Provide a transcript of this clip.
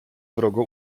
wrogo